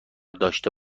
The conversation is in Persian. داشته